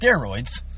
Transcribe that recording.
steroids